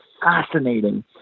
fascinating